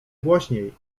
głośniej